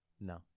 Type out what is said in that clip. No